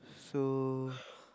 so